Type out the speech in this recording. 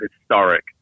Historic